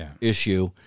issue